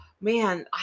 Man